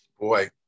Boy